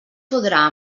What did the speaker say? podrà